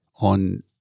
on